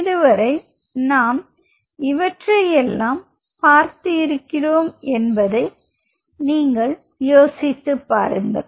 இதுவரை நாம் இவற்றையெல்லாம் பார்த்து இருக்கிறோம் என்பதை நீங்கள் யோசித்துப் பாருங்கள்